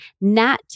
Nat